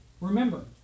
remember